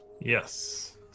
Yes